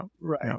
right